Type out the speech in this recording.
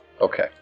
Okay